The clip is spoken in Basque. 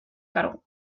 kargu